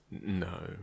No